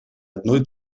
одной